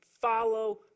Follow